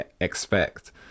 expect